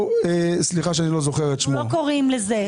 אנחנו לא קוראים לזה.